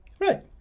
Right